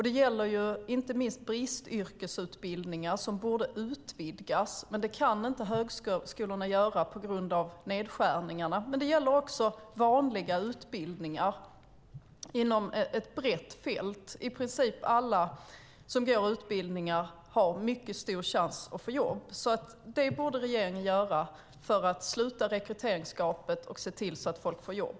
Det gäller inte minst bristyrkesutbildningar som borde utökas, men det kan inte högskolorna göra på grund av nedskärningarna. Detta gäller också vanliga utbildningar inom ett brett fält. I princip alla som går utbildningar har mycket stor chans att få jobb. Det borde regeringen satsa på för att sluta rekryteringsgapet och se till att folk får jobb.